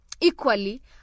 Equally